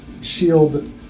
shield